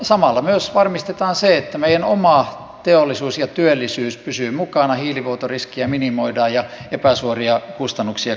samalla myös varmistetaan se että meidän oma teollisuutemme ja työllisyytemme pysyy mukana hiilivuotoriskiä minimoidaan ja epäsuoria kustannuksia kompensoidaan